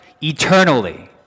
eternally